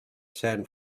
san